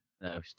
No